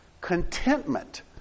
Contentment